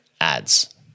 ads